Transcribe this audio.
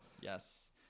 Yes